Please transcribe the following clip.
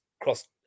cross